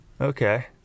Okay